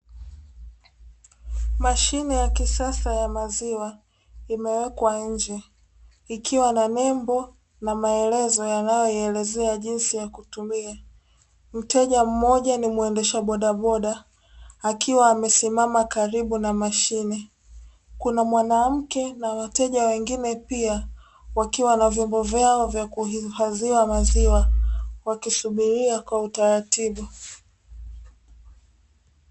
Mashine ya kisasa ya maziwa, imewekwa nje, ikiwa na nembo na maelezo yanayoielezea jinsi ya kutumia, mteja mmoja ni mwendesha bodaboda akiwa amesimama karibu na mashine, kuna mwanamke na wateja wengine pia, wakiwa na vyombo vyao vya kuhifadhia maziwa, wakisubiria kwa utaratibu.